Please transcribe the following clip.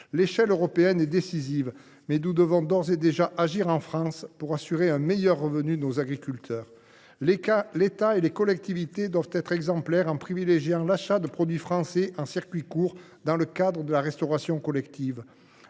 l’échelle européenne est décisive, nous devons d’ores et déjà agir en France pour assurer à nos agriculteurs un meilleur revenu. L’État et les collectivités doivent être exemplaires, par exemple en privilégiant l’achat de produits français en circuit court dans le cadre de la restauration collective.